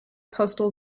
postal